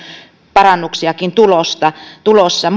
parannuksiakin tulossa tulossa